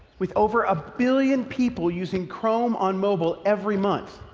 with over a billion people using chrome on mobile every month.